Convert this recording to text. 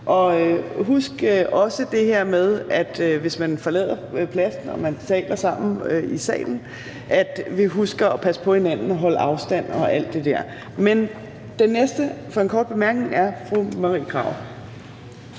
Husk også det her med, at hvis I forlader pladsen og taler sammen i salen, så pas på hinanden og hold afstand og alt det der. Men den næste for en kort bemærkning er fru Marie Krarup.